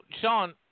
Sean